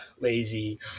lazy